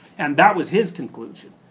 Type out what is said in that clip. and that was his conclusion.